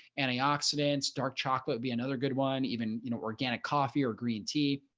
antioxidants, dark chocolate be another good one even, you know organic coffee or green tea.